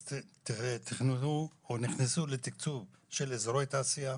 אז תכננו או נכנסו לתקצוב של אזורי תעשייה,